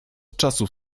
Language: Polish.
czasów